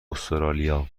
استرالیا